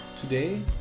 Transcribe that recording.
Today